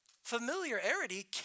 Familiarity